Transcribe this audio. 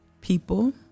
people